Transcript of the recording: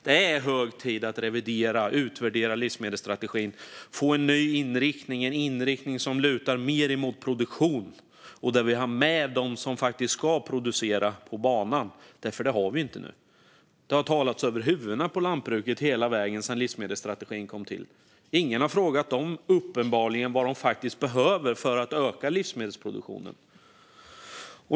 Det är hög tid att utvärdera och revidera livsmedelsstrategin och få en ny inriktning som lutar mer mot produktion, där vi har med dem som faktiskt ska producera på banan. Det har vi inte nu. Det har talats över huvudet på lantbrukarna hela vägen sedan livsmedelsstrategin kom till. Ingen har uppenbarligen frågat dem vad de faktiskt behöver för att öka livsmedelsproduktionen.